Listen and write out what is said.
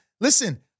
Listen